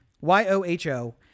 Y-O-H-O